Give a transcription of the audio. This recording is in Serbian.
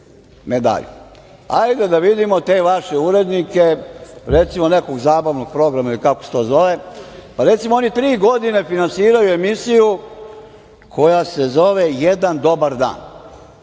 medalju. Ajde da vidimo te vaše urednike, recimo, nekog zabavnog programa ili kako se to zove. Recimo, oni tri godine finansiraju emisiju koja se zove „Jedan dobar dan“.